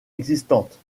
existantes